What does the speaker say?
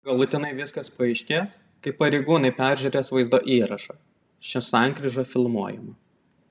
galutinai viskas paaiškės kai pareigūnai peržiūrės vaizdo įrašą ši sankryža filmuojama